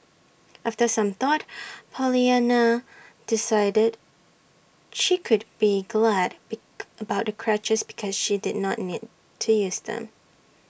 after some thought Pollyanna decided she could be go Ad be about the crutches because she did not need to use them